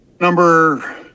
number